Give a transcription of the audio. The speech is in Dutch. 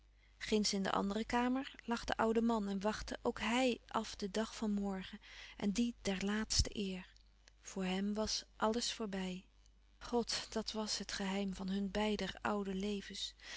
ginds in de andere kamer lag de oude man en wachtte ook hij af den dag van morgen en die der laatste eer voor hem was àlles voorbij god dàt was het geheim van hun beider oude levens